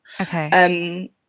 Okay